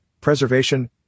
preservation